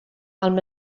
amb